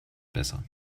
besser